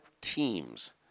teams